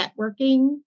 networking